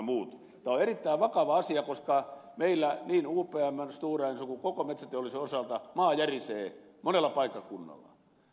tämä on erittäin vakava asia koska meillä niin upmn stora enson kuin koko metsäteollisuuden osalta maa järisee monella paikkakunnalla